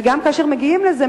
וגם כאשר מגיעים לזה,